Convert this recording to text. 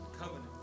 Covenant